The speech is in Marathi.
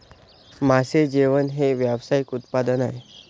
मासे जेवण हे व्यावसायिक उत्पादन आहे